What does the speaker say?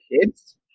kids